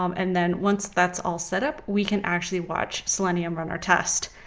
um and then once that's all set up we can actually watch selenium run our test.